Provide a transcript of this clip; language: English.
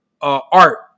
art